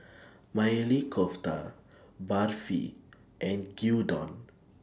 Maili Kofta Barfi and Gyudon